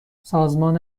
سازمان